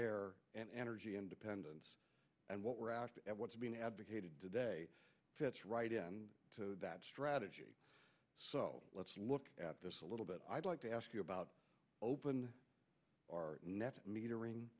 air and energy independence and what we're after and what's being advocated today fits right in to that strategy so let's look at this a little bit i'd like to ask you about open our net metering